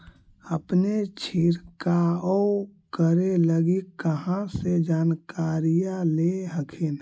अपने छीरकाऔ करे लगी कहा से जानकारीया ले हखिन?